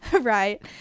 right